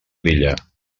lilla